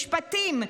המשפטים,